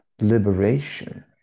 liberation